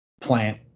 Plant